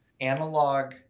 analog